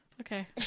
Okay